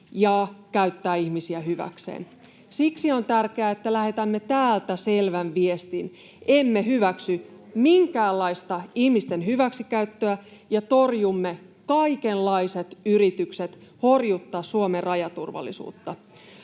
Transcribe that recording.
ja käyttää ihmisiä hyväkseen. Siksi on tärkeää, että lähetämme täältä selvän viestin: emme hyväksy minkäänlaista ihmisten hyväksikäyttöä, ja torjumme kaikenlaiset yritykset horjuttaa Suomen rajaturvallisuutta.